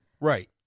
Right